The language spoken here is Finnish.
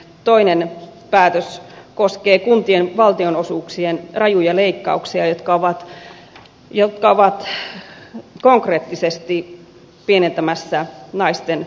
toinen päätös koskee kuntien valtionosuuksien rajuja leikkauksia jotka ovat konkreettisesti pienentämässä naisten palkkatasa arvoa